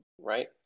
right